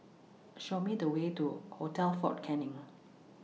Show Me The Way to Hotel Fort Canning